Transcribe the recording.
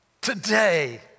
Today